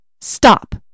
Stop